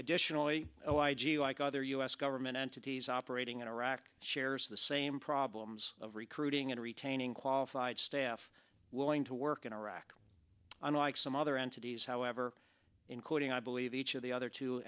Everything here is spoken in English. additionally so i g like other u s government entities operating in iraq shares the same problems of recruiting and retaining qualified staff willing to work in iraq unlike some other entities however including i believe each of the other two